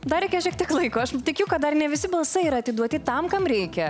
dar reikės šiek tiek laiko aš tikiu kad dar ne visi balsai yra atiduoti tam kam reikia